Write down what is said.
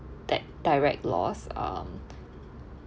that direct loss um